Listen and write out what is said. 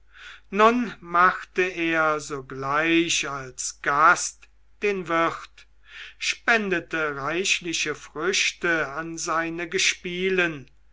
nun machte er sogleich als gast den wirt spendete reichliche früchte an seine gespielen